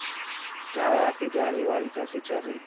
کیا ہے آپ کی گاڑی واڑی کیسی چل رہی